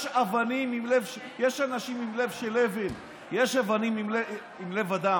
יש אנשים עם לב של אבן, יש אבנים עם לב אדם.